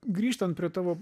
grįžtant prie tavo